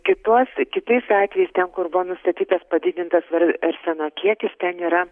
kituose kitais atvejais ten kur buvo nustatytas padidintas ar arseno kiekis ten yra